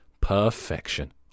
Perfection